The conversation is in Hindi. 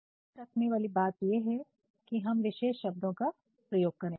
तो ध्यान रखने वाली बात ये है की हम विशेष शब्दों का प्रयोग करे